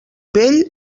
vell